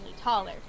taller